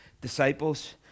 disciples